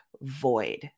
void